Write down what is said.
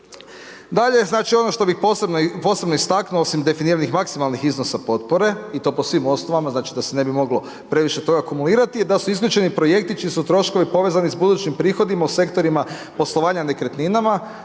Dalje znači ono što bih posebno istaknuo osim definiranih maksimalnih iznosa potpore i to po svim osnovama, znači da se ne bi moglo previše toga kumulirati, je da su isključeni projekti čiji su troškovi povezani sa budućim prihodima u sektorima poslovanja nekretninama,